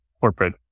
corporate